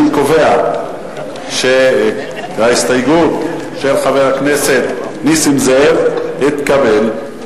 אני קובע שההסתייגות של חבר הכנסת נסים זאב התקבלה.